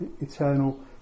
eternal